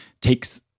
takes